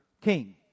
King